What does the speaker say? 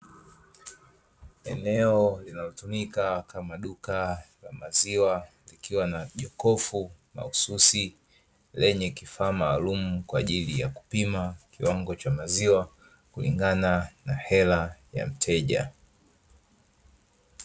Eneo linalotumika kama duka la maziwa, likiwa na jokofu mahususi lenye kifaa maalumu kwa ajili ya kupima kiwango cha maziwa kulingana na hela ya mteja.